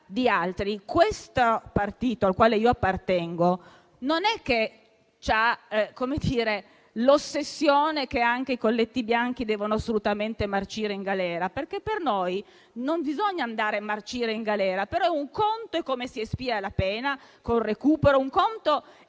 di altri, il partito al quale appartengo non ha l'ossessione che anche i colletti bianchi debbano assolutamente marcire in galera, perché per noi non bisogna andare a marcire in galera, ma un conto è come si espia la pena, con il recupero, un conto